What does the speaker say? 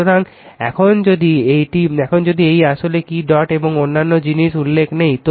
সুতরাং এখন যদি এই আসলে কি ডট এবং অন্যান্য জিনিস উল্লেখ নেই